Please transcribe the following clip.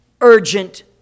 urgent